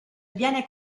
viene